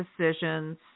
decisions